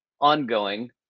ongoing